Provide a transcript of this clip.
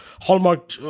Hallmark